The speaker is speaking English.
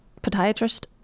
podiatrist